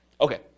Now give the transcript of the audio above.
Okay